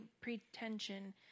pretension